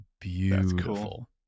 beautiful